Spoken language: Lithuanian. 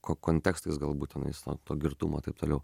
kontekstais galbūt tenais to girtumo ir taip toliau